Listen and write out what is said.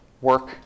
work